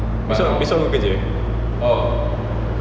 esok esok aku kerja